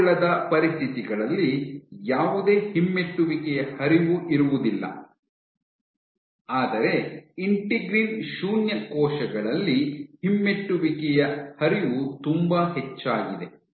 ಅಂಟಿಕೊಳ್ಳದ ಪರಿಸ್ಥಿತಿಗಳಲ್ಲಿ ಯಾವುದೇ ಹಿಮ್ಮೆಟ್ಟುವಿಕೆಯ ಹರಿವು ಇರುವುದಿಲ್ಲ ಆದರೆ ಇಂಟಿಗ್ರಿನ್ ಶೂನ್ಯ ಕೋಶಗಳಲ್ಲಿ ಹಿಮ್ಮೆಟ್ಟುವಿಕೆಯ ಹರಿವು ತುಂಬಾ ಹೆಚ್ಚಾಗಿದೆ